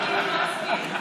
מיקי,